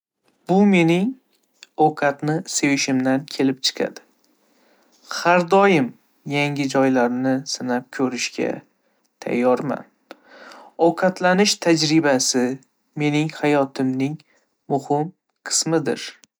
Bu mening ovqatni sevishimdan kelib chiqadi. Har doim yangi joylarni sinab ko'rishga tayyorman. Ovqatlanish tajribasi mening hayotimning muhim qismidir.